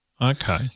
Okay